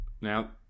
Now